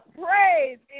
praise